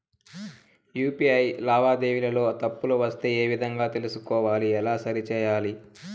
UPI లావాదేవీలలో తప్పులు వస్తే ఏ విధంగా తెలుసుకోవాలి? ఎలా సరిసేయాలి?